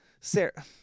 Sarah